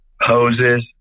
hoses